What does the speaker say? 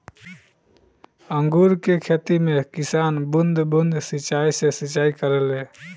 अंगूर के खेती में किसान बूंद बूंद सिंचाई से सिंचाई करेले